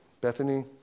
Bethany